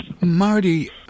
Marty